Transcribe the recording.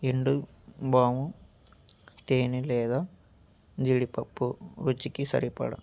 ఎండు వాము తేన లేదా జిడిపప్పు రుచికి సరిపడా